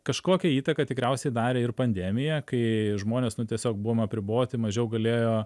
kažkokią įtaką tikriausiai darė ir pandemija kai žmonės nu tiesiog buvom apriboti mažiau galėjo